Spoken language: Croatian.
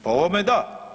Po ovome da.